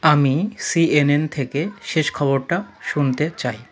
আমি সিএনএন থেকে শেষ খবরটা শুনতে চাই